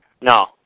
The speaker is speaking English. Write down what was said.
No